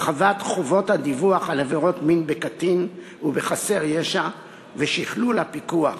הרחבת חובות הדיווח על עבירות מין בקטין ובחסר ישע ושכלול הפיקוח,